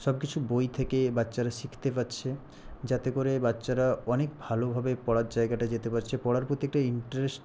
সবকিছু বই থেকে বাচ্চারা শিখতে পারছে যাতে করে বাচ্চারা অনেক ভালোভাবে পড়ার জায়গাটায় যেতে পারছে পড়ার প্রতি একটা ইন্টারেস্ট